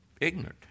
Ignorant